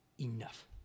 enough